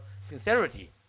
sincerity